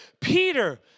Peter